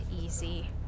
easy